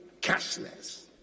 cashless